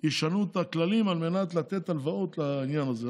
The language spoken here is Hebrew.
ישנו את הכללים על מנת לתת הלוואות לעניין הזה.